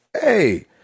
hey